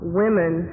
women